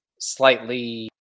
slightly